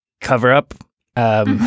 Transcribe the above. cover-up